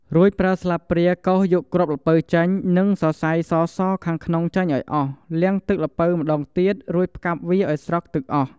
រួច ប្រើស្លាបព្រាកោសយកគ្រាប់ល្ពៅចេញ និងសរសៃសៗខាងក្នុងចេញឲ្យអស់ លាងទឹកល្ពៅម្តងទៀត រួចផ្កាប់វាឲ្យស្រក់ទឹកអស់។